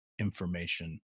information